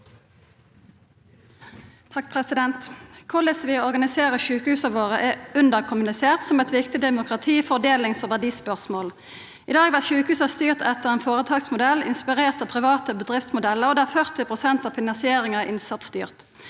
(Sp) Korleis vi organiserer sjukehusa våre, er underkommunisert som eit viktig demokrati-, fordelings- og verdispørsmål. I dag vert sjukehusa styrte etter ein føretaksmodell inspirert av private bedriftsmodellar, og der 40 pst. av finansieringa er innsatsstyrt.